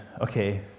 okay